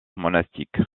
monastique